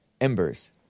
Embers